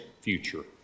future